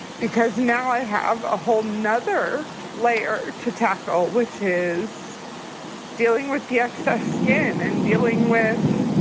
because now i have a whole nother layer to tackle, which is dealing with the excess skin and dealing with.